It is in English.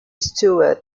stewart